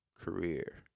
career